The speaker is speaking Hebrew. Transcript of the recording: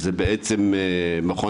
מכון